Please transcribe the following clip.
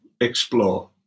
explore